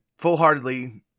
fullheartedly